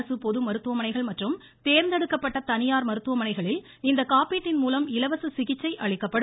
அரசு பொது மருத்துவமனைகள் மற்றும் தேர்ந்தெடுக்கப்பட்ட தனியார் மருத்துவமனைகளில் இந்த காப்பீட்டின் மூலம் இலவச சிகிச்சை அளிக்கப்படும்